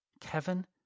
Kevin